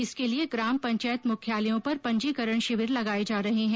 इसके लिए ग्राम पंचायत मुख्यालयों पर पंजीकरण शिविर लगाये जा रहे है